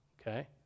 Okay